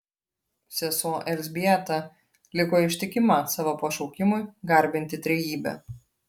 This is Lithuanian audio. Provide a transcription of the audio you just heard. sesuo elzbieta liko ištikima savo pašaukimui garbinti trejybę